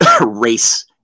race